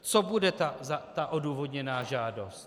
Co bude ta odůvodněná žádost?